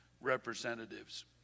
representatives